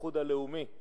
האיחוד הלאומי,